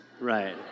Right